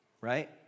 Right